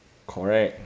correct